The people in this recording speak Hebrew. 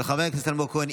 של חבר הכנסת אלמוג כהן,